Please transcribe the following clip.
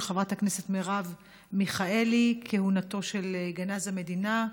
של חברת הכנסת מרב מיכאלי: כהונתו של גנז המדינה.